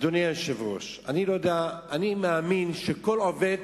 אני מאמין שכל עובד